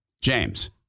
James